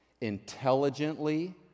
intelligently